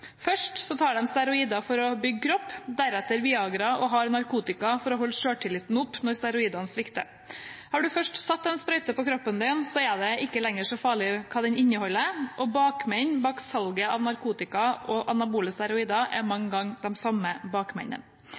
Først tar de steroider for å bygge kropp, deretter Viagra og hard narkotika for å holde selvtilliten oppe når steroidene svikter. Har du først satt en sprøyte i kroppen din, er det ikke lenger så farlig hva den inneholder. Og bakmennene bak salget av narkotika og anabole steroider er mange ganger de samme.